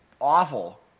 Awful